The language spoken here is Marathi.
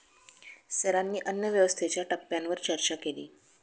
सरांनी अन्नव्यवस्थेच्या टप्प्यांवर चर्चा केली